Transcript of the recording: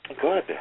Good